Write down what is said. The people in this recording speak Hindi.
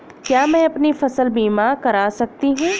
क्या मैं अपनी फसल बीमा करा सकती हूँ?